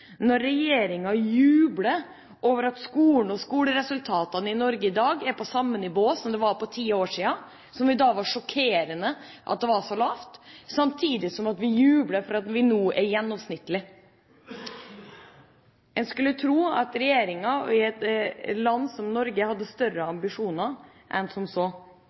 når regjeringa jubler over at skolen og skoleresultatene i Norge i dag er på samme nivå som de var for ti år siden – som da var sjokkerende lave – samtidig som vi jubler over at de nå er gjennomsnittlig. En skulle tro at regjeringa i et land som Norge hadde større ambisjoner enn som så.